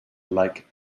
like